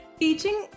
teaching